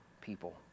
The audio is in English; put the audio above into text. people